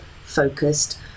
focused